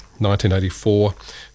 1984